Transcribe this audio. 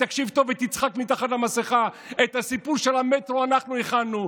תקשיב טוב ותצחק מתחת למסכה: את הסיפור של המטרו אנחנו הכנו,